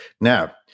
Now